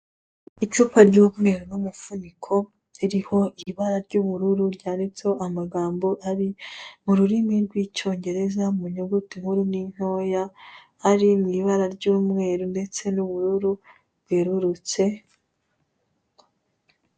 Icupa ry'umweru n'umufuniko ririho ibara ry'ubururu ryanditseho amagambo ari mu rurimi rw'Icyongereza mu nyuguti nkuru n'intoya, ari mu ibara ry'umweru ndetse n'ubururu bwerurutse...